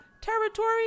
territory